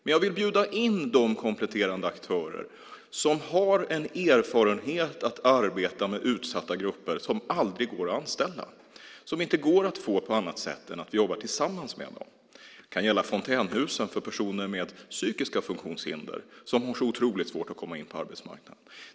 Men jag vill bjuda in de kompletterande aktörer som har en erfarenhet av att arbeta med utsatta grupper, som aldrig går att anställa, som inte går att få in på annat sätt än att de jobbar tillsammans med någon. Det kan gälla Fontänhusen för personer med psykiska funktionshinder, som har så otroligt svårt att komma in på arbetsmarknaden.